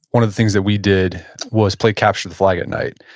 one of the things that we did was play capture the flag at night.